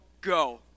go